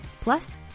Plus